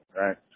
Right